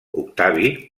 octavi